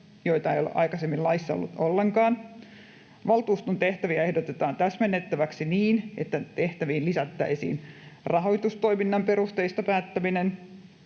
joita ei ole aikaisemmin laissa ollut ollenkaan. Valtuuston tehtäviä ehdotetaan täsmennettäväksi niin, että tehtäviin lisättäisiin rahoitustoiminnan perusteista päättäminen.